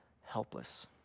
helpless